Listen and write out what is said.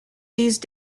these